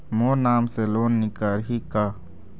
मोर नाम से लोन निकारिही का?